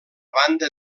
banda